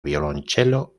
violonchelo